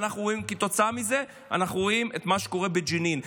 וכתוצאה מזה אנחנו רואים את מה שקורה בג'נין.